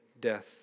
death